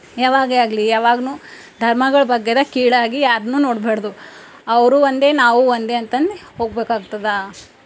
ಯಾವಾಗೇ ಆಗಲಿ ಯಾವಾಗ್ನು ಧರ್ಮಗಳು ಬಗ್ಗೆದ ಕೀಳಾಗಿ ಯಾರನು ನೋಡಬ್ಯಾಡ್ದು ಅವರು ಒಂದೇ ನಾವು ಒಂದೇ ಅಂತಂದು ಹೋಗಬೇಕಾಗ್ತದ